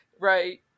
right